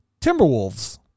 Timberwolves